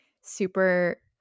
super